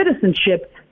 citizenship